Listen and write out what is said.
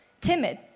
timid